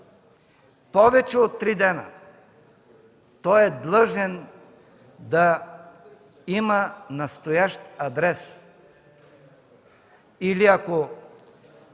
повече от три дена, е длъжен да има настоящ адрес.